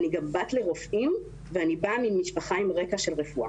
אני בת לרופאים ובאה ממשפחה עם רקע של רפואה.